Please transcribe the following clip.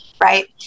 right